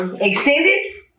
Extended